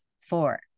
four